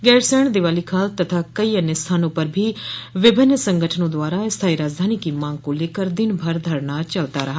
गैरसैंण दिवालीखाल तथा कई अन्य स्थानों पर भी विभिन्न संगठनों द्वारा स्थाई राजधानी की मांग को लेकर दिन भर धरना चलता रहा